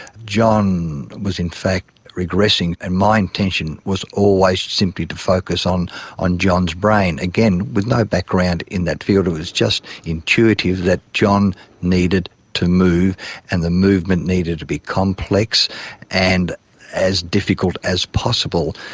john was in fact regressing. and my intention was always simply to focus on on john's brain, again, with no background in that field, it was just intuitive that john needed to move and the movement needed to be complex and as difficult as possible.